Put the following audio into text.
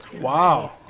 Wow